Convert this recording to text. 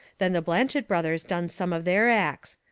then the blanchet brothers done some of their acts.